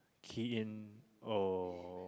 key in or